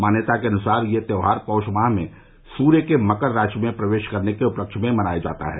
मान्यता के अनुसार यह त्योहार पौष माह में सूर्य के मकर राशि में प्रवेश करने के उपलक्ष्य में मनाया जाता है